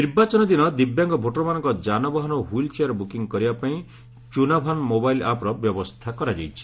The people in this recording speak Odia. ନିର୍ବାଚନ ଦିନ ଦିବ୍ୟାଙ୍ଗ ଭୋଟରମାନଙ୍କ ଯାନବାହନ ଓ ହ୍ୱିଲ ଚେୟାର ବୁକିଙ୍ଗ କରିବା ପାଇଁ ଚୁନାଭାନ ମୋବାଇଲ ଆପ୍ର ବ୍ୟବସ୍ଥା କରାଯାଇଛି